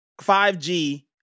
5G